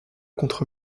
contre